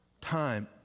Time